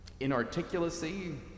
inarticulacy